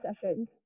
sessions